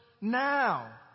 now